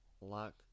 lock